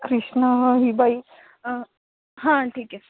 कृष्णा ही बाई हां ठीक आहे